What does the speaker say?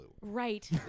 right